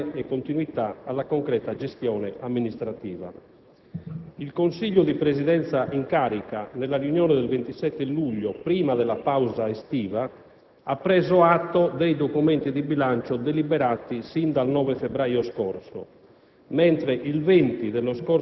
certezza di risorse finanziarie e continuità alla concreta gestione amministrativa. Il Consiglio di Presidenza in carica, nella riunione del 27 luglio, prima della pausa estiva, ha preso atto dei documenti di bilancio deliberati sin dal 9 febbraio scorso,